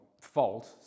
fault